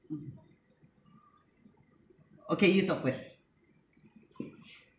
okay you talk first